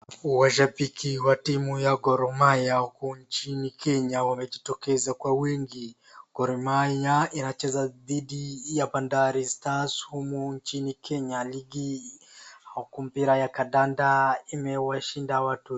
Washabiki wa timu ya Gor Mahia wako nchi ni Ke nya wamejitokeza kwa wingi. Gor Mahia inacheza dhidi ya Bandari Stars humu nchini Kenya ligi. Huku mpira ya kandanda imwewashinda watu.